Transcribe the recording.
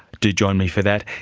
do join me for that.